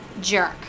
jerk